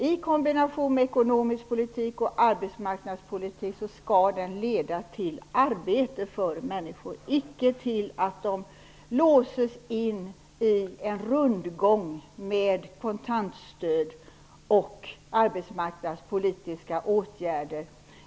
I kombination med ekonomisk politik och arbetsmarknadspolitik skall den leda till arbete för människor, icke till att de låses in i en rundgång med kontantstöd och arbetsmarknadspolitiska åtgärder.